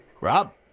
Rob